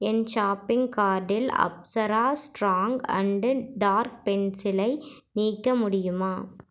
என் shopping கார்ட்டில் Apsara strong and dark பென்சிலை நீக்க முடியுமா